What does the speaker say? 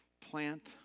plant